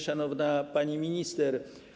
Szanowna Pani Minister!